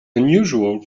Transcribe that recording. unusual